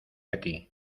aquí